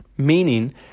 Meaning